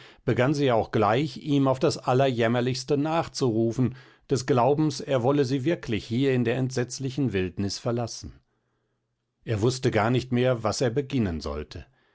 begann sie auch gleich ihm auf das allerjämmerlichste nachzurufen des glaubens er wolle sie wirklich hier in der entsetzlichen wildnis verlassen er wußte gar nicht mehr was er beginnen sollte